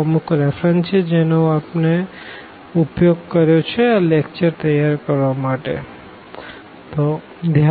અમુક રેફરન્સ છે જેનો ઉપયોગ અમે આ લેકચર તૈયાર કરવા માટે કર્યો છે